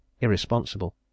irresponsible